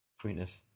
Sweetness